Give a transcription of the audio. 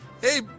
hey